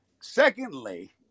secondly